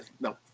no